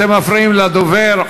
אתם מפריעים לדובר.